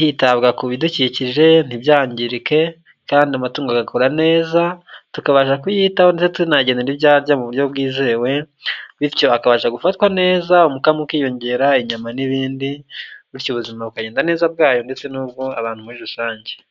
hitabwa ku bidukikije ntibyangirike kandi amatungo agakura neza, tukabasha kuyitaho ndetse tunayagenera ibyo arya mu buryo bwizewe bityo akabasha gufatwa neza, umukamu ukiyongera, inyama n'ibindi, bityo ubuzima bukagenda neza bwayo ndetse n'ubw'abantu muri rusange.